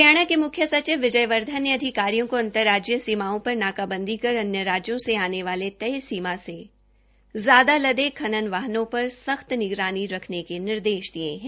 हरियाणा के मुख्य सचिव विजय वर्धन ने अधिकारियों को अंतर राज्यीय सीमाओं पर नाकाबंदी कर अन्य राज्यों से आने वाले तय सीमा से ज्यादा लदे खनन वाहनों पर सख्त निगरानी के निर्देश दिये है